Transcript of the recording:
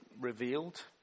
revealed